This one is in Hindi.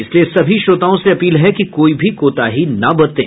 इसलिए सभी श्रोताओं से अपील है कि कोई भी कोताही न बरतें